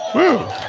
woo.